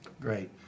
Great